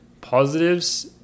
positives